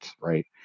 right